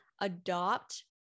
adopt